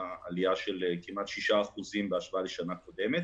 עלייה של כמעט שישה אחוזים בהשוואה לשנה קודמת.